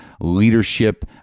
leadership